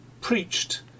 preached